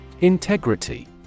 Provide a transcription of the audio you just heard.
Integrity